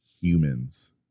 humans